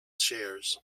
shares